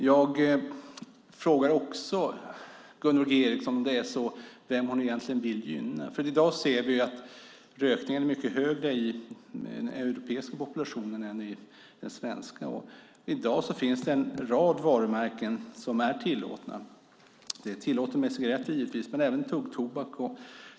Jag frågar också Gunvor G Ericson vem hon egentligen vill gynna. I dag ser vi att rökningen är mycket mer omfattande i den europeiska populationen än i den svenska. I dag finns det en rad varumärken som är tillåtna. Det är tillåtet med cigaretter givetvis, men även med tuggtobak.